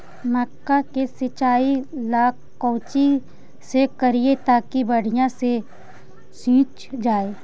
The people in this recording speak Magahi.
मक्का के सिंचाई ला कोची से करिए ताकी बढ़िया से सींच जाय?